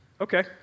okay